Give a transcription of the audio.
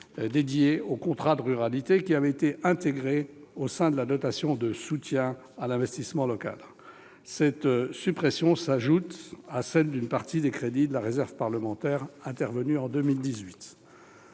dédiés aux contrats de ruralité, qui avaient été intégrés au sein de la dotation de soutien à l'investissement local, la DSIL. Cette suppression s'ajoute à celle d'une partie des crédits de la réserve parlementaire, intervenue en 2018.